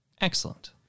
Excellent